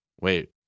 Wait